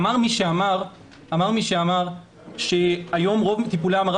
אמר מי שאמר שהיום רוב טיפולי ההמרה